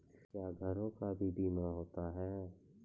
क्या घरों का भी बीमा होता हैं?